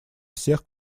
всех